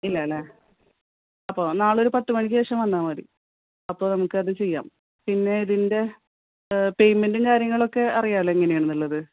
ഇല്ലാല്ലേ അപ്പോൾ നാളെയൊരു പത്തുമണിക്ക് ശേഷം വന്നാൽ മതി അപ്പോൾ നമുക്കത് ചെയ്യാം പിന്നെ ഇതിൻ്റെ പേയ്മെൻറ്റും കാര്യങ്ങളൊക്കെ അറിയാമല്ലോ എങ്ങനെയാണെന്നുള്ളത്